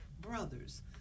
brothers